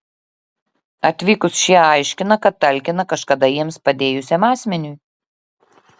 atvykus šie aiškina kad talkina kažkada jiems padėjusiam asmeniui